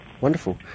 wonderful